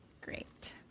great